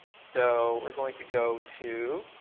so we're going to go to